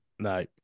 No